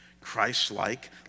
Christ-like